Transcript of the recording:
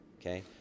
Okay